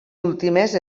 últimes